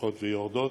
הולכות ויורדות.